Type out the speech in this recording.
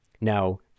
Now